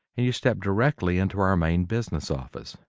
and you step directly into our main business office.